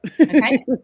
Okay